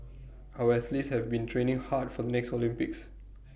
our athletes have been training hard for the next Olympics